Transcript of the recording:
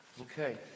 Okay